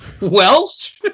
Welsh